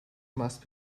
must